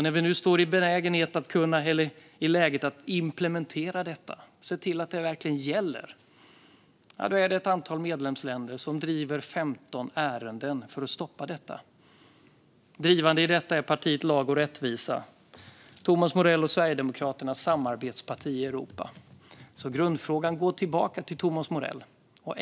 När vi nu står i läget att implementera detta, se till att paketet verkligen gäller, finns ett antal medlemsländer som driver 15 ärenden för att stoppa det. Drivande är partiet Lag och rättvisa - Thomas Morells och Sverigedemokraternas samarbetsparti i Europa. Grundfrågan går tillbaka till Thomas Morell.